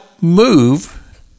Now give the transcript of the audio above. move